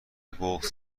بغض